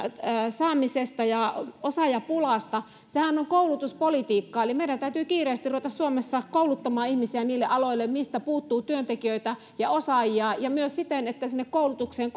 saamisesta ja osaajapulasta sehän on koulutuspolitiikkaa eli meidän täytyy kiireesti ruveta suomessa kouluttamaan ihmisiä niille aloille mistä puuttuu työntekijöitä ja osaajia ja myös kohdentaa sinne koulutukseen